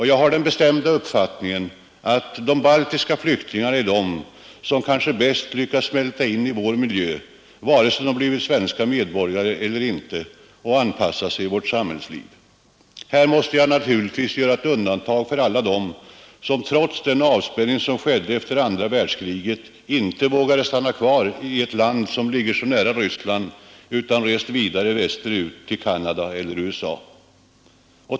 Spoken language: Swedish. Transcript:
Jag har den bestämda uppfattningen att de baltiska flyktingarna är de, som kanske bäst lyckats smälta in i vår miljö och, vare sig de blivit svenska medborgare eller ej, bäst lyckats anpassa sig i vårt samhällsliv Här måste jag naturligtvis göra ett undantag för alla dem, som trots den avspänning som skett efter det andra världskriget, inte vågat stanna kvar i ett land, som ligger så nära Ryssland utan rest vidare västerut till Canada eller USA.